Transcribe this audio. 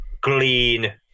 clean